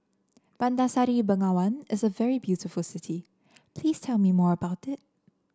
Bandar Seri Begawan is a very beautiful city please tell me more about it